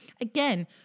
again